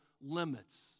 limits